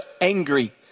angry